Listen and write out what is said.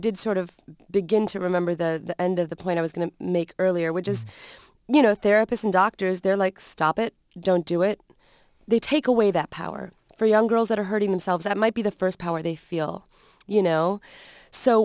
did sort of begin to remember the end of the point i was going to make earlier which is you know therapist and doctors they're like stop it don't do it they take away that power for young girls that are hurting themselves that might be the first power they feel you know so